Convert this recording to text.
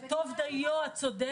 זה טוב דיו, את צודקת.